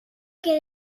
que